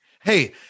Hey